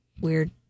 weird